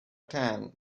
tan